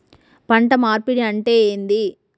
పంట మార్పిడి అంటే ఏంది?